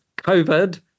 COVID